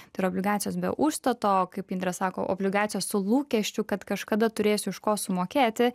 tai yra obligacijos be užstato kaip indrė sako obligacijos su lūkesčiu kad kažkada turėsiu iš ko sumokėti